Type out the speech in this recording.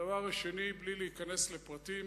הדבר השני, בלי להיכנס לפרטים,